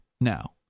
now